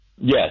Yes